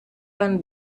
can